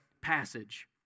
passage